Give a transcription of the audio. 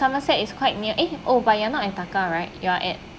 somerset is quite near eh oh but you're not in taka right you are at